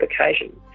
occasion